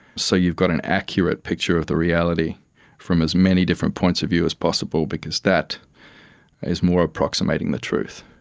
so you've got an accurate picture of the reality from as many different points of view as possible because that is more approximating the truth.